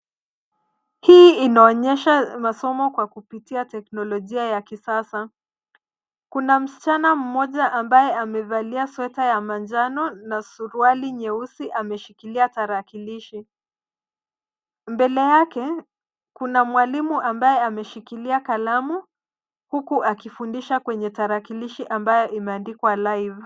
Hii inaonyesha masomo kwa kupitia teknolojia ya kisasa. Kuna msichana mmoja ambaye amevalia sweater ya majano na suruali nyeusi ameshikilia tarakilishi. Mbele yake kuna mwalimu ambaye ameshikilia kalamu huku akifundisha kwenye tarakilishi ambayo imeandikwa live[ccs].